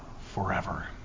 forever